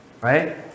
right